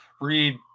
read